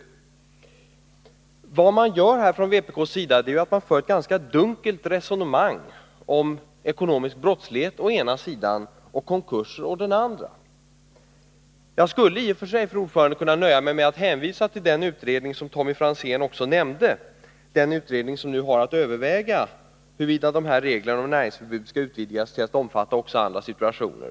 Vpk för ett ganska dunkelt resonemang om den ekonomiska brottsligheten å ena sidan och konkurser å den andra. Jag skulle i och för sig, fru talman, kunna nöja mig med att hänvisa till den utredning som Tommy Franzén också nämnde, den utredning som nu har att överväga huruvida reglerna om näringsförbud skall utvidgas till att omfatta också andra situationer.